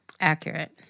Accurate